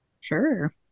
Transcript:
Sure